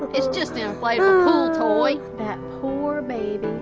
it's just an inflatable pool toy. that poor baby.